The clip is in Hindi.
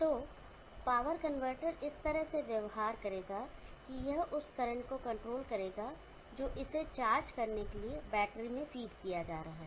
तो पावर कन्वर्टर इस तरह से व्यवहार करेगा कि यह उस करंट को कंट्रोल करेगा जो इसे चार्ज करने के लिए बैटरी में फीड किया जा रहा है